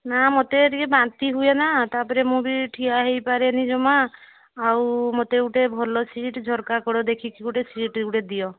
ନା ମୋତେ ଟିକିଏ ବାନ୍ତି ହୁଏନା ତା'ପରେ ମୁଁ ବି ଠିଆ ହେଇପାରେନି ଜମା ଆଉ ମୋତେ ଗୋଟେ ଭଲ ସିଟ୍ ଝରକା କଡ଼ ଦେଖିକି ଗୋଟେ ସିଟ୍ ଗୋଟେ ଦିଅ